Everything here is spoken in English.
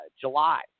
July